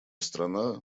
страна